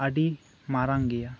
ᱟᱹᱰᱤ ᱢᱟᱨᱟᱝ ᱜᱮᱭᱟ